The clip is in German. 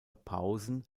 pausen